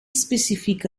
specifieke